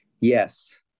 Yes